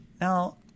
Now